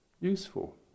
useful